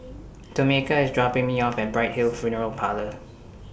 Tomeka IS dropping Me off At Bright Hill Funeral Parlour